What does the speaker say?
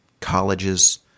colleges